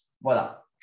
Voilà